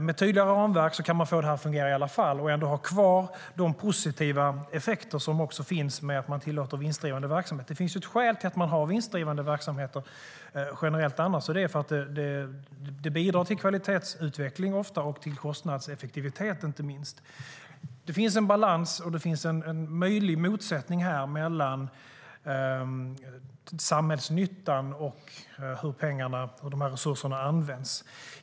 Med tydliga ramverk kan man få detta att fungera i alla fall och ändå ha kvar de positiva effekter som finns med att man tillåter vinstdrivande verksamhet. Det finns ett skäl till att man har vinstdrivande verksamheter generellt annars: Det bidrar ofta till kvalitetsutveckling och inte minst till kostnadseffektivitet. Det finns en balans, och det finns en möjlig motsättning här mellan samhällsnyttan och hur pengarna och resurserna används.